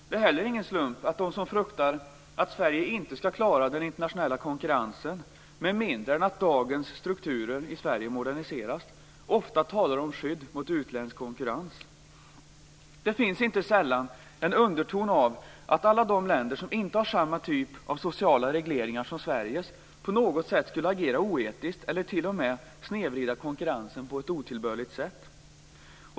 Det är heller ingen slump att de som fruktar att Sverige inte skall klara den internationella konkurrensen, med mindre än att dagens strukturer i Sverige moderniseras, ofta talar om skydd mot utländsk konkurrens. Inte sällan finns det en underton av att alla de länder som inte har samma typ av sociala regleringar som Sverige på något sätt skulle agera oetiskt eller t.o.m. snedvrida konkurrensen på ett otillbörligt sätt.